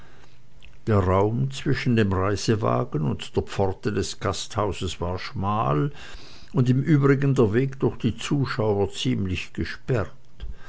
der raum zwischen dem reisewagen und der pforte des gasthauses war schmal und im übrigen der weg durch die zuschauer ziemlich gesperrt